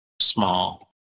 small